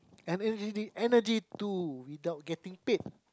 and the really energy to without getting paid